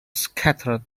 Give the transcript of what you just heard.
scattered